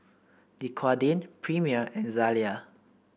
Dequadin Premier and Zalia